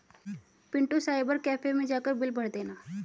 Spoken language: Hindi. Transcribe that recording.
पिंटू साइबर कैफे मैं जाकर बिल भर देना